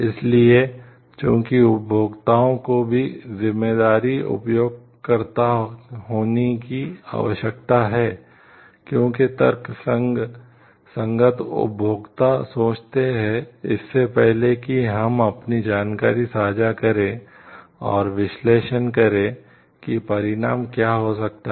इसलिए चूंकि उपभोक्ताओं को भी जिम्मेदार उपयोगकर्ता होने की आवश्यकता है क्योंकि तर्कसंगत उपभोक्ता सोचते हैं इससे पहले कि हम अपनी जानकारी साझा करें और विश्लेषण करें कि परिणाम क्या हो सकते हैं